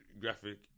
graphic